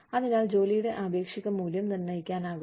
അതിനാൽ ജോലിയുടെ ആപേക്ഷിക മൂല്യം നിർണ്ണയിക്കാനാകും